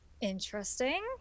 Interesting